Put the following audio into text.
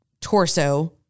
torso